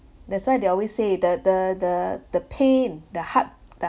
that's why they always say that the the the pain the heart the